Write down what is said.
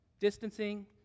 distancing